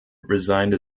resigned